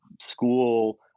school